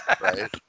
right